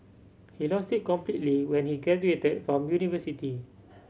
he lost it completely when he graduated from university